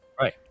right